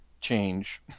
change